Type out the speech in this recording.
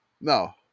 No